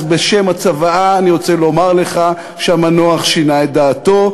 אז בשם הצוואה אני רוצה לומר לך שהמנוח שינה את דעתו,